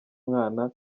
mwana